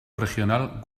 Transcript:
regional